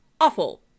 awful